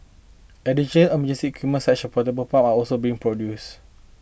additional a music can portable pumps are also being procured